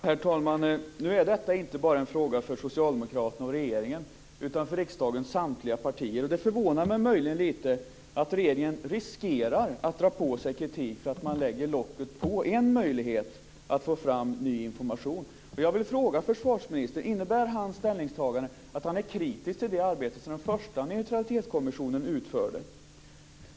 Herr talman! Nu är detta inte bara en fråga för Socialdemokraterna och regeringen, utan för riksdagens samtliga partier. Det förvånar mig möjligen lite att regeringen riskerar att dra på sig kritik för att man lägger locket på en möjlighet att få fram ny information. Jag vill fråga försvarsministern: Innebär hans ställningstagande att han är kritisk till det arbete som den första Neutralitetskommissionen utförde?